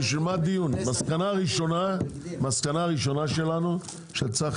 לומר שמסקנה ראשונה שלנו היא שצריך